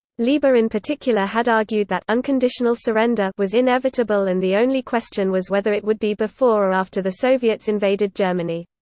leber in particular had argued that unconditional surrender was inevitable and the only question was whether it would be before or after the soviets invaded germany.